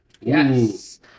Yes